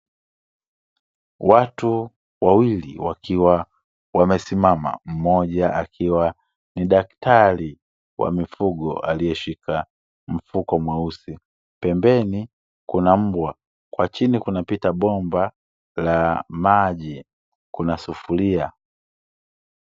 Watu wawili wakiwa wamesimama mmoja akiwa ni daktari wa mifugo, aliyeshika mfuko mweusi pembeni. kuna mbwa kwa chini kunapita bomba la maji kuna sufuria.